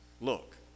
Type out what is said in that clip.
Look